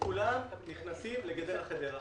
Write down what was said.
כולם נכנסים לגדרה-חדרה.